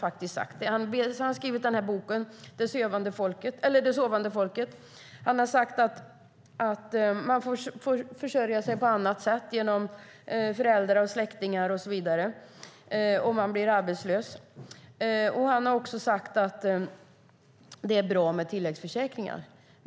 Han har skrivit boken Det sovande folket , han har sagt att man får försörja sig på annat sätt genom föräldrar, släktingar och så vidare om man blir arbetslös, och han har också sagt att det är bra med tilläggsförsäkringar.